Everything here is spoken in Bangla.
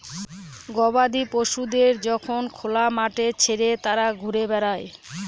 গবাদি পশুদের যখন খোলা মাঠে ছেড়ে তারা ঘুরে বেড়ায়